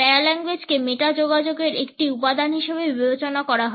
প্যারাল্যাঙ্গুয়েজকে meta যোগাযোগের একটি উপাদান হিসাবে বিবেচনা করা হয়